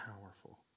powerful